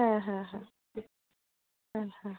হ্যাঁ হ্যাঁ হ্যাঁ হ্যাঁ হ্যাঁ